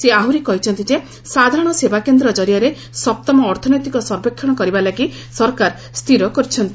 ସେ ଆହୁରି କହିଛନ୍ତି ଯେ ସାଧାରଣ ସେବା କେନ୍ଦ୍ର ଜରିଆରେ ସପ୍ତମ ଅର୍ଥନୈତିକ ସର୍ବେକ୍ଷଣ କରିବା ଲାଗି ସରକାର ସ୍ଥିର କରିଛନ୍ତି